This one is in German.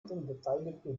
unfallbeteiligte